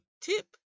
tip